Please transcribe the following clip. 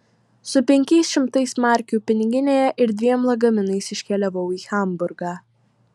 su penkiais šimtais markių piniginėje ir dviem lagaminais iškeliavau į hamburgą